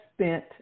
spent